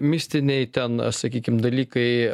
mistiniai ten sakykim dalykai